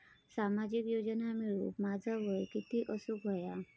सामाजिक योजना मिळवूक माझा वय किती असूक व्हया?